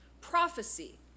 prophecy